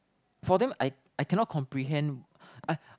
for them I I cannot comprehend I